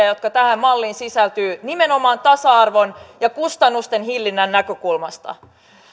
jotka tähän malliin sisältyvät nimenomaan tasa arvon ja kustannusten hillinnän näkökulmasta